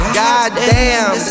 goddamn